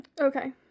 Okay